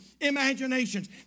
imaginations